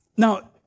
Now